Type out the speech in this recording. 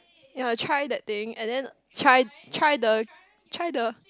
ya try that thing and then try try the try the